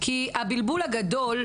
כי הבלבול הגדול,